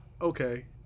Okay